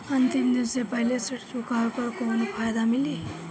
अंतिम दिन से पहले ऋण चुकाने पर कौनो फायदा मिली?